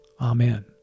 Amen